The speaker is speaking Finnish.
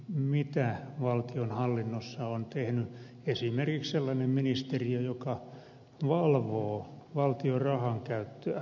mitä valtionhallinnossa on tehnyt esimerkiksi sellainen ministeriö joka valvoo valtion rahankäyttöä